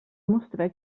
mostrat